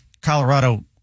Colorado